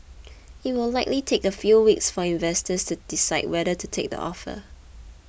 it will likely take a few weeks for investors to decide whether to take the offer